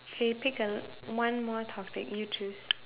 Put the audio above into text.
we pick a one more topic you choose